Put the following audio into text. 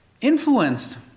influenced